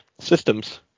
systems